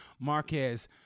Marquez